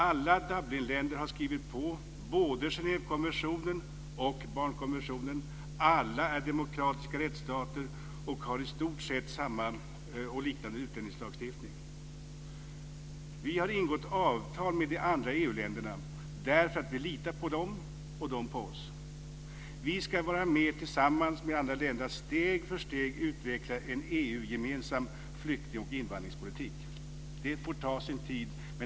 Alla Dublinländer har skrivit på både Genèvekonventionen och barnkonventionen. Alla är demokratiska rättsstater och har i stort sett liknande utlänningslagstiftning. Vi har ingått avtal med de andra EU länderna därför att vi litar på dem och de på oss. Vi ska vara med tillsammans med andra länder att steg för steg utveckla en EU-gemensam flykting och invandringspolitik. Det får ta sin tid.